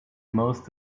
most